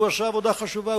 והוא עשה עבודה חשובה,